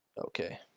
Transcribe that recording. okay